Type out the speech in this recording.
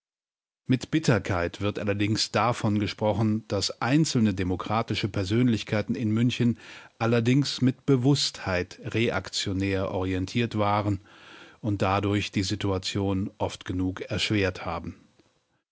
mit bitterkeit wird allerdings davon gesprochen daß einzelne demokratische persönlichkeiten in münchen allerdings mit bewußtheit reaktionär orientiert waren und dadurch die situation oft genug erschwert haben